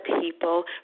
people